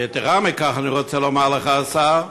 יתרה מכך, אני רוצה לומר לך, השר,